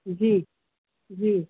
जी जी